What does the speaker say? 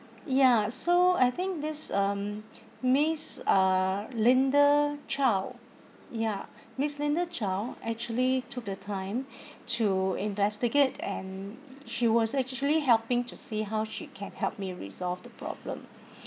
ya so I think this um miss uh linda chow ya miss linda chow actually took the time to investigate and she was actually helping to see how she can help me resolve the problem